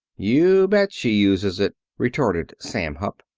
you bet she uses it, retorted sam hupp.